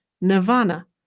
nirvana